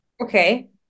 Okay